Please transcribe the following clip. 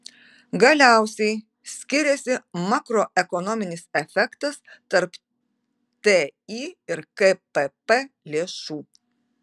galiausiai skiriasi makroekonominis efektas tarp ti ir kpp lėšų